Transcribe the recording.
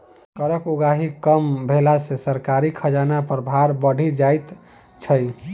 करक उगाही कम भेला सॅ सरकारी खजाना पर भार बढ़ि जाइत छै